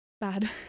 bad